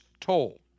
toll